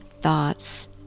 thoughts